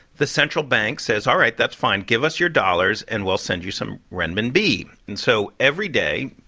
the central bank says, all right. that's fine. give us your dollars. and we'll send you some renminbi. and so every day,